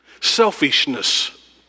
selfishness